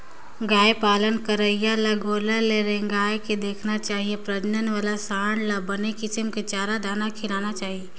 गाय पालन करइया ल गोल्लर ल रेंगाय के देखना चाही प्रजनन वाला सांड ल बने किसम के चारा, दाना खिलाना चाही